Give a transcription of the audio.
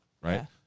right